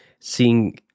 seeing